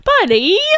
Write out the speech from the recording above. buddy